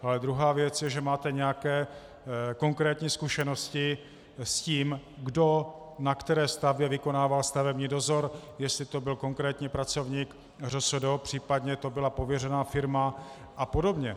Ale druhá věc je, že máte nějaké konkrétní zkušenosti s tím, kdo na které stavbě vykonával stavební dozor, jestli to byl konkrétní pracovník ŘSD, případně to byla pověřená firma a podobně.